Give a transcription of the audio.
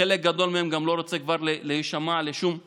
חלק גדול מהם גם לא רוצים כבר להישמע לשום הערות,